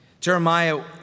Jeremiah